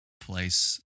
place